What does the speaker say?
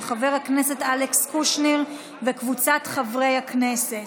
של חבר הכנסת אלכס קושניר וקבוצת חברי הכנסת.